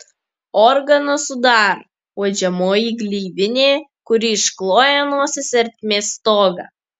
organą sudaro uodžiamoji gleivinė kuri iškloja nosies ertmės stogą